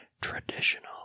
traditional